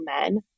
men